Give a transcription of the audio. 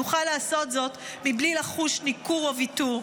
יוכל לעשות זאת בלי לחוש ניכור או ויתור.